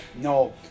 No